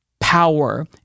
power